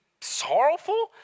sorrowful